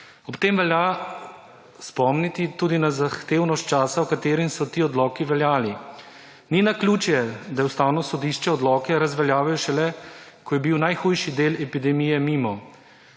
Ob tem velja spomniti tudi na zahtevnost časa, v katerem so ti odloki veljali. Ni naključje, da je Ustavno sodišče odloke razveljavil šele, ko je bil najhujši del epidemije mimo.